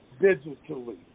digitally